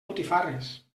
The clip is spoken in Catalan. botifarres